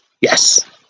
yes